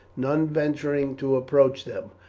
none venturing to approach them.